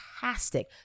fantastic